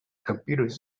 computers